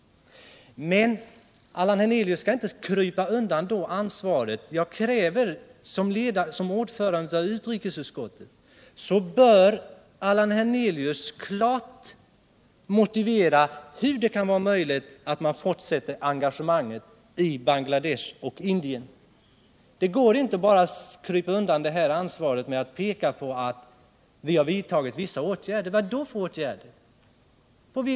Men Allan Hernelius skall inte krypa undan ansvaret. Som ordförande i utrikesutskottet bör Allan Hernelius klart motivera hur det kan vara möjligt att man fortsätter engagemanget i Bangladesh och Indien. Det går inte att krypa undan detta ansvar genom att bara peka på att ”vi har vidtagit vissa åtgärder”. Vad då för åtgärder?